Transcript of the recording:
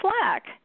slack